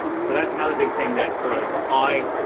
so that's another big thing that sort of i,